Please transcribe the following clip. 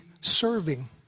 serving